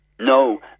No